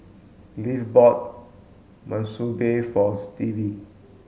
Leif bought Monsunabe for Stevie